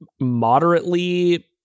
moderately